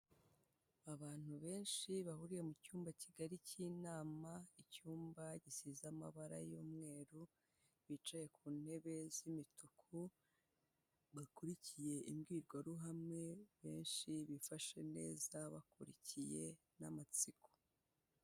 Abantu benshi bahuriye mu cyumba kigari cy'inama icyumba gisize amabara y'umweru bicaye ku ntebe z'imituku bakurikiye imbwirwaruhame benshi bifashe neza bakurikiye n'amatsiko.